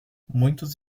muitos